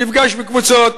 אני נפגש בקבוצות,